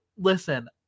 listen